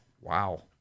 Wow